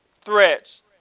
threats